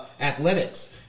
Athletics